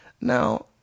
Now